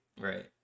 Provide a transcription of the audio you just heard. Right